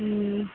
ம்